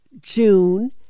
June